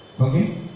okay